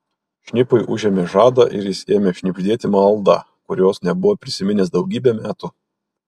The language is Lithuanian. šnipui užėmė žadą ir jis ėmė šnibždėti maldą kurios nebuvo prisiminęs daugybę metų